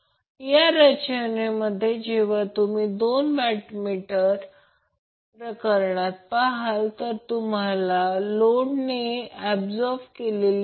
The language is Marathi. तर जर असे असेल तर त्याला a c b सिक्वेन्स दिला जातो याचा अर्थ बॅलन्स फेज व्होल्टेज 100V आहे